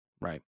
right